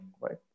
right